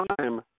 time